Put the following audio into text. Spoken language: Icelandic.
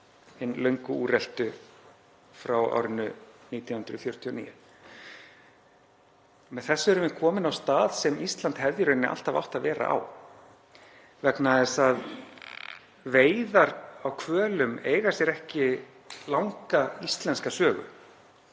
hvalveiðar, hin löngu úreltu frá árinu 1949. Með þessu erum við komin á stað sem Ísland hefði í rauninni alltaf átt að vera á, vegna þess að veiðar á hvölum eiga sér ekki langa íslenska sögu.